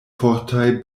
fortaj